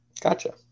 Gotcha